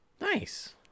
Nice